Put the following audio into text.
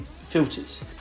filters